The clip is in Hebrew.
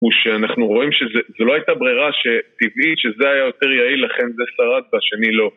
הוא שאנחנו רואים שזה..זה לא הייתה ברירה ש..טבעית שזה היה יותר יעיל לכן זה שרד והשני לא